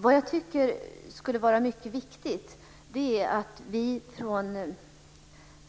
Vad jag tycker är mycket viktigt är att vi från